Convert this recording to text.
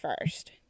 first